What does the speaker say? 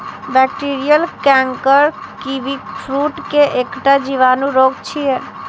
bacterial canker kiwi fruit के एकटा जीवाणु रोग छियै